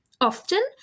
often